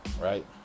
right